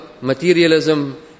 materialism